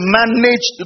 manage